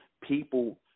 people